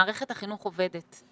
מערכת החינוך עובדת.